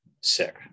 sick